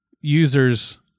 users